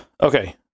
okay